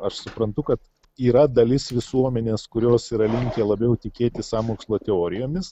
aš suprantu kad yra dalis visuomenės kurios yra linkę labiau tikėti sąmokslo teorijomis